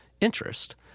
interest